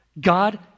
God